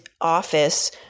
office